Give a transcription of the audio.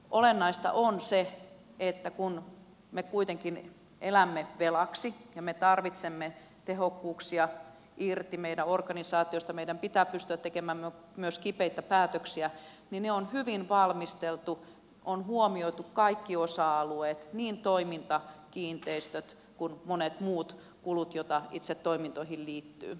olennaista on se kun me kuitenkin elämme velaksi ja tarvitsemme tehokkuuksia irti meidän organisaatioistamme ja meidän pitää pystyä tekemään myös kipeitä päätöksiä että ne päätökset on valmisteltu hyvin ja on huomioitu kaikki osa alueet niin toiminta kiinteistöt kuin monet muut kulut joita itse toimintoihin liittyy